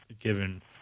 given